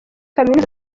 kaminuza